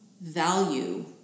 value